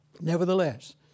nevertheless